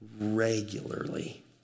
regularly